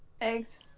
Eggs